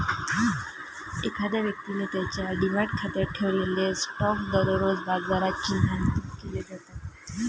एखाद्या व्यक्तीने त्याच्या डिमॅट खात्यात ठेवलेले स्टॉक दररोज बाजारात चिन्हांकित केले जातात